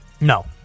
No